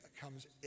comes